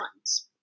ones